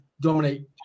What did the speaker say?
dominate